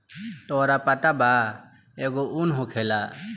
तोहरा पता बा एगो उन होखेला